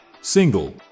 Single